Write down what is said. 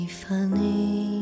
funny